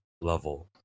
level